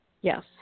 Yes